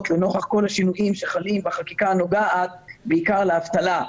לנוכח כל השינויים שחלים בחקיקה הנוגעת בעיקר לאבטלה.